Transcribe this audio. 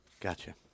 Gotcha